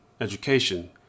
education